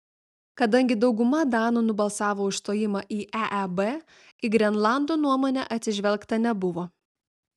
kadangi dauguma danų nubalsavo už stojimą į eeb į grenlandų nuomonę atsižvelgta nebuvo